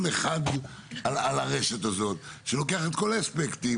אחד על הרשת הזאת שלוקח את כל האספקטים,